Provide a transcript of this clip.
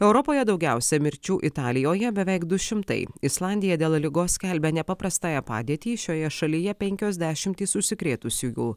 europoje daugiausia mirčių italijoje beveik du šimtai islandija dėl ligos skelbia nepaprastąją padėtį šioje šalyje penkios dešimtys užsikrėtusiųjų